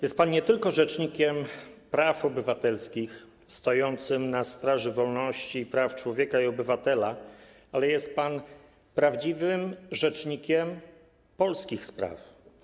Jest pan nie tylko rzecznikiem praw obywatelskich stojącym na straży wolności i praw człowieka i obywatela, ale jest pan prawdziwym rzecznikiem polskich spraw.